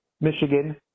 Michigan